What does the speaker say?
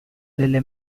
delle